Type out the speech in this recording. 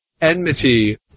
enmity